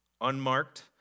unmarked